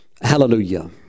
Hallelujah